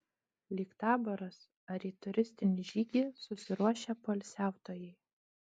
lyg taboras ar į turistinį žygį susiruošę poilsiautojai